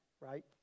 right